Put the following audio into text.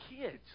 kids